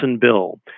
bill